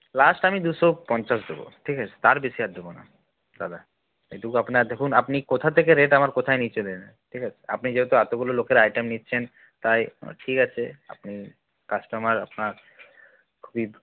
last আমি দুশো পঞ্চাশ দেব ঠিক আছে তার বেশি আর দেব না দাদা এইটুকু আপনার দেখুন আপনি কোথা থেকে রেট আমার কোথায় নিয়ে চলে এলেন ঠিক আছে আপনি যেহেতু এতগুলো লোকের আইটেম নিচ্ছেন তাই ঠিক আছে আপনি কাস্টমার আপনার খুবই